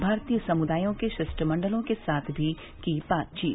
भारतीय समुदायों के शिष्टमंडलों के साथ भी की बातचीत